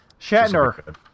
Shatner